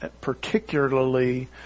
particularly